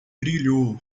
brilhou